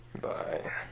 bye